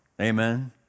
Amen